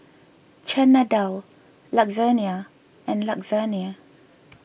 Chana Dal Lasagne and Lasagna